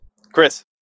Chris